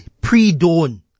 Pre-dawn